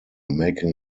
making